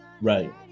Right